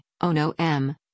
Ono-M